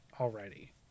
already